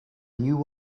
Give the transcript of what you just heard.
new